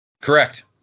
Correct